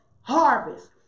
harvest